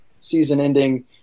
season-ending